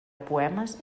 poemes